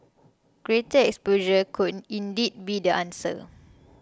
greater exposure could indeed be the answer